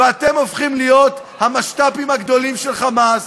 ואתם הופכים להיות המשת"פים הגדולים של "חמאס",